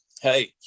hey